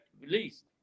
released